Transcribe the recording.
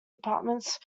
apartments